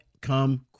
come